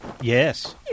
yes